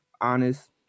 honest